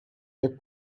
jak